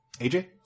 AJ